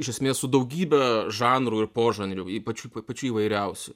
iš esmės su daugybe žanrų ir požanrių ypač pačių įvairiausių